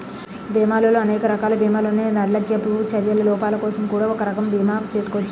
బీమాలో అనేక రకాల బీమాలున్నాయి నిర్లక్ష్యపు చర్యల లోపాలకోసం కూడా ఒక రకం బీమా చేసుకోచ్చు